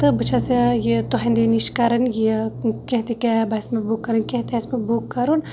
تہٕ بہٕ چھَس تُہٕنٛدِ نِش کَران یہِ کینٛہہ تہِ کیب آسہِ مےٚ بُک کَرٕنۍ کینٛہہ تہِ آسہِ مےٚ بُک کَرُن